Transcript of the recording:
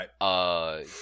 Right